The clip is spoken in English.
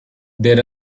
there